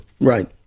right